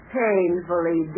painfully